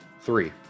Three